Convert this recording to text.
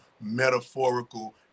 metaphorical